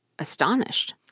astonished